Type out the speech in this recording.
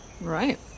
right